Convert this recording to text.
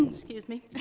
excuse me.